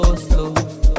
slow